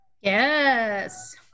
yes